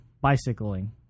bicycling